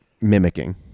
mimicking